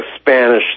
Spanish